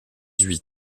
huit